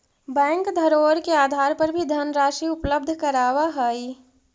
bank धरोहर के आधार पर भी धनराशि उपलब्ध करावऽ हइ